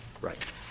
Right